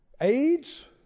AIDS